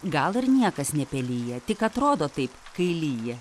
gal ir niekas nepelija tik atrodo taip kai lyja